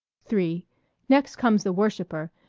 three next comes the worshipper,